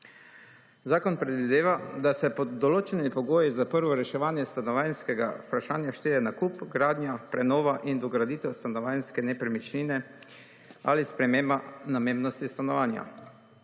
Zakon predvideva, da se pod določenimi pogoji za prvo reševanje stanovanjskega vprašanja šteje nakup, gradnja, prenova in dograditev stanovanjske nepremičnine ali sprememba namembnosti stanovanja.